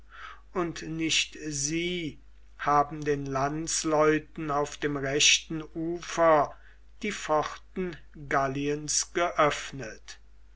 und nicht sie haben den landsleuten auf dem rechten ufer die pforten galliens geöffnet